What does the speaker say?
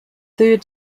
third